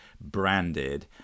branded